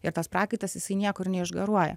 ir tas prakaitas jisai niekur neišgaruoja